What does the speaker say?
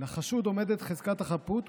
לחשוד עומדת חזקת החפות,